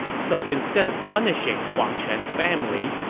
so instead of punishing huang quan's family,